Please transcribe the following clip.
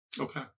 Okay